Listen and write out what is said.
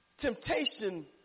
Temptation